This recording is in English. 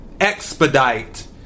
Expedite